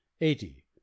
eighty